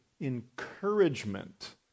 encouragement